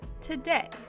today